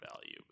value